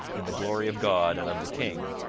and the glory of god and of the king,